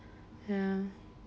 ya